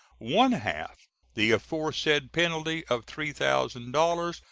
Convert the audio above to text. one-half the aforesaid penalty of three thousand dollars,